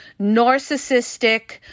narcissistic